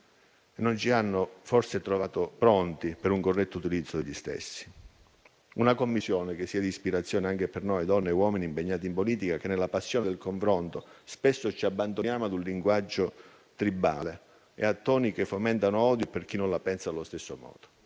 non ci hanno trovati pronti a un loro corretto utilizzo. La Commissione sarà d'ispirazione anche per noi, donne e uomini impegnati in politica, che nella passione del confronto spesso ci abbandoniamo a un linguaggio tribale e a toni che fomentano odio per chi non la pensa allo stesso modo.